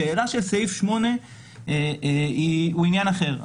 השאלה של סעיף 8 הוא עניין אחר.